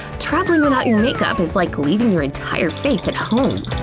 traveling without your makeup is like leaving your entire face at home!